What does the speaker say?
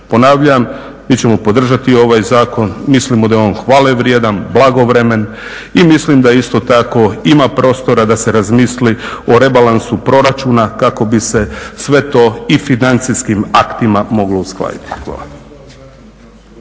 Ponavljam, mi ćemo podržati ovaj zakon, mislimo da je on hvalevrijedan, blagovremen i mislim da isto tako ima prostora da se razmisli o rebalansu proračuna kako bi se sve to i financijskim aktima moglo uskladiti. Hvala.